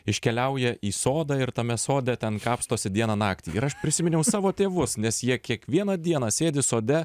iškeliauja į sodą ir tame sode ten kapstosi dieną naktį ir aš prisiminiau savo tėvus nes jie kiekvieną dieną sėdi sode